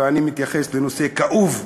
ואני מתייחס לנושא כאוב,